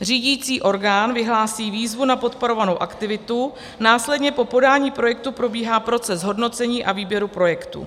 Řídicí orgán vyhlásí výzvu na podporovanou aktivitu a následně po podání projektu probíhá proces hodnocení a výběru projektů.